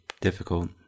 difficult